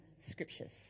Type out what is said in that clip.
scriptures